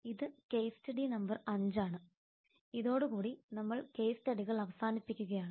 ഇത് case study number 5 ആണ് ഇതോടുകൂടി നമ്മൾ കേസ് സ്റ്റഡികൾ അവസാനിപ്പിക്കുകയാണ്